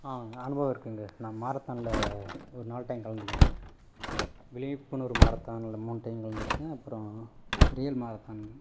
ஆ அனுபவம் இருக்குங்க நான் மாரத்தானில் ஒரு நால் டைம் கலந்துக்குனேன் விழிப்புணர்வு மாரத்தான்ல மூணு டைம் கலந்துருக்கேன் அப்புறம் ரியல் மாரத்தான்